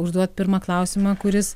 užduot pirmą klausimą kuris